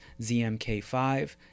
ZMK5